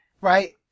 Right